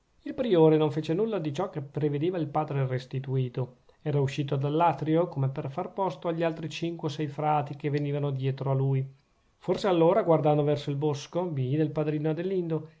il priore non fece nulla di ciò che prevedeva il padre restituto era uscito dall'atrio come per far posto agli altri cinque o sei frati che venivano dietro a lui forse allora guardando verso il bosco vide il padrino adelindo